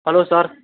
hello sir